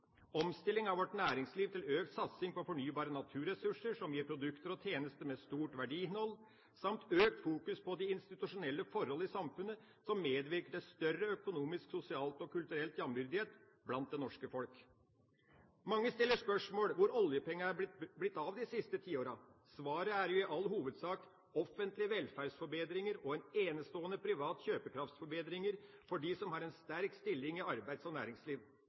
omstilling av vårt næringsliv til økt satsing på fornybare naturressurser som gir produkter og tjenester med stort verdiinnhold, samt økt fokus på de institusjonelle forhold i samfunnet som medvirker til større økonomisk, sosial og kulturell jambyrdighet blant det norske folk. Mange stiller spørsmålet om hvor oljepengene er blitt av de siste tiåra. Svaret er i all hovedsak offentlige velferdsforbedringer og en enestående privat kjøpekraftsforbedring for dem som har en sterk stilling i arbeids- og næringsliv.